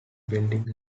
building